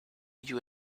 you